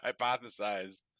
hypothesize